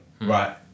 right